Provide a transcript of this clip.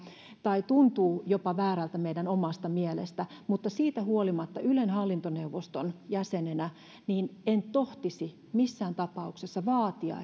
tai tuntuu jopa väärältä meidän omasta mielestämme mutta siitä huolimatta ylen hallintoneuvoston jäsenenä en tohtisi missään tapauksessa vaatia